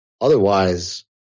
Otherwise